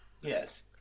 Yes